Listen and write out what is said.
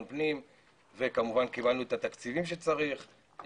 הפנים וכמובן קיבלנו את התקציבים שצריך,